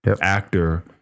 actor